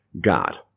God